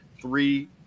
three